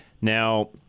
Now